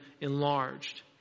enlarged